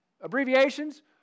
abbreviations